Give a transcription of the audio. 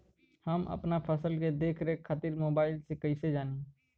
हम अपना फसल के देख रेख खातिर मोबाइल से कइसे जानी?